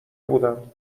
بودم